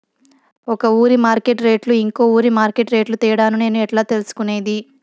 ఒక ఊరి మార్కెట్ రేట్లు ఇంకో ఊరి మార్కెట్ రేట్లు తేడాను నేను ఎట్లా తెలుసుకునేది?